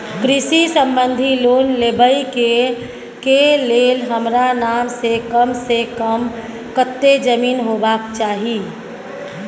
कृषि संबंधी लोन लेबै के के लेल हमरा नाम से कम से कम कत्ते जमीन होबाक चाही?